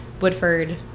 Woodford